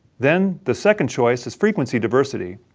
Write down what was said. then, the second choice is frequency diversity,